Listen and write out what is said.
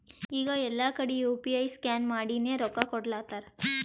ಈಗ ಎಲ್ಲಾ ಕಡಿ ಯು ಪಿ ಐ ಸ್ಕ್ಯಾನ್ ಮಾಡಿನೇ ರೊಕ್ಕಾ ಕೊಡ್ಲಾತಾರ್